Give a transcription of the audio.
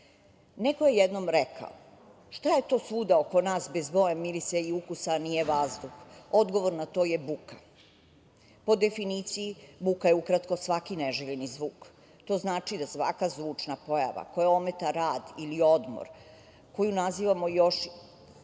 je jednom rekao – šta je to svuda oko nas bez boje, mirisa i ukusa, a nije vazduh? Odgovor na to je buka. Po definiciji, buka je ukratko svaki neželjeni zvuk. To znači da svaka zvučna pojava koja ometa rad ili odmor predstavlja buku.